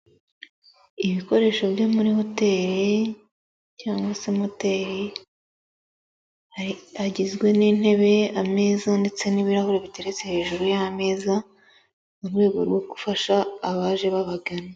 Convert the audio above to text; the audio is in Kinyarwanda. Ibikoresho biri muri hoteli cyangwa se moteli, hagizwe n'intebe, ameza ndetse n'ibirahuri biteretse hejuru y'ameza, mu rwego rwo gufasha abaje babagana.